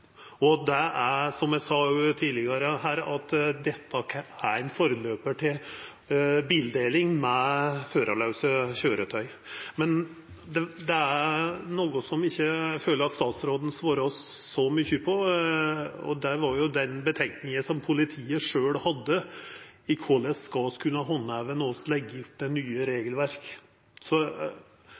dag. Det er, som eg òg sa tidlegare her, ein forløpar til bildeling med førarlause køyretøy. Men det er noko eg føler at statsråden ikkje svarte så mykje på, og det er om dei tankane politiet sjølve hadde om korleis dei skal kunna handheva det nye